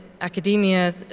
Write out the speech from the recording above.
academia